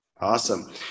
Awesome